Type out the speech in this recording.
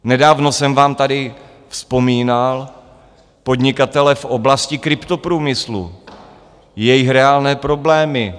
Nedávno jsem vám tady vzpomínal podnikatele v oblasti kryptoprůmyslu, jejich reálné problémy.